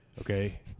okay